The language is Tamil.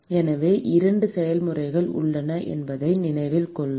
எனவே இரண்டு செயல்முறைகள் உள்ளன என்பதை நினைவில் கொள்க